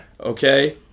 Okay